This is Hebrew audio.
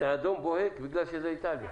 זה אדום בוהק בגלל שזה בא מאיטליה.